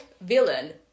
villain